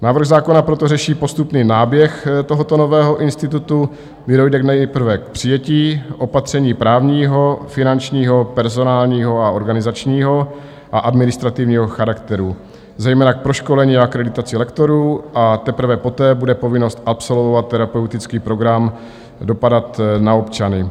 Návrh zákona proto řeší postupný náběh tohoto nového institutu, kdy dojde nejprve k přijetí opatření právního, finančního, personálního, organizačního a administrativního charakteru, zejména k proškolení a akreditaci lektorů, a teprve poté bude povinnost absolvovat terapeutický program dopadat na občany.